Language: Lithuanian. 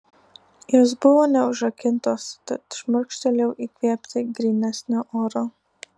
jos buvo neužrakintos tad šmurkštelėjau įkvėpti grynesnio oro